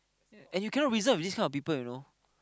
and you cannot reason with this kind of people you know